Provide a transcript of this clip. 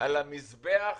על המזבח